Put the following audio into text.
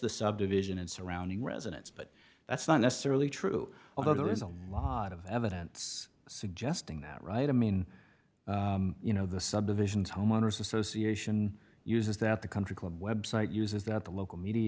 the subdivision and surrounding residence but that's not necessarily true although there is a lot of evidence suggesting that right i mean you know the subdivisions homeowners association uses that the country club website uses that the local media